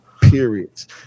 periods